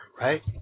right